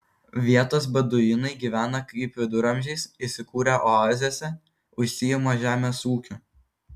vietos beduinai gyvena kaip viduramžiais įsikūrę oazėse užsiima žemės ūkiu